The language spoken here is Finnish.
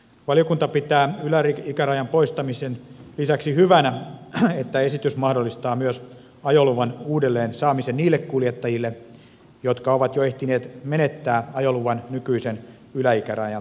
valiokunta pitää yläikärajan poistamisen lisäksi hyvänä että esitys mahdollistaa myös ajoluvan uudelleen saamisen niille kuljettajille jotka ovat jo ehtineet menettää ajoluvan nykyisen yläikärajan takia